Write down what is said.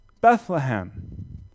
Bethlehem